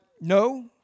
no